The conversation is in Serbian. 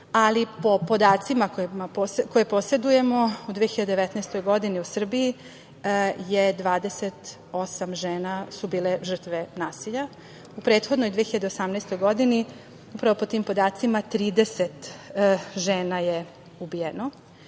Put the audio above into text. ali po podacima koje posedujemo u 2019. godini u Srbiji su 28 žena bile žrtve nasilja. U prethodnoj 2018. godini, upravo po tim podacima, 30 žena je ubijeno